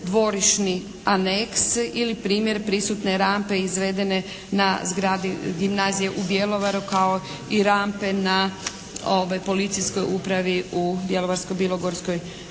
dvorišni aneks ili primjer prisutne rampe izvedene na zgradi gimnazije u Bjelovaru kao i rampe na policijskoj upravi u Bjelovarsko-bilogorskoj